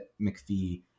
McPhee